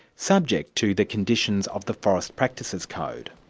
subject to the conditions of the forest practices code.